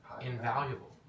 invaluable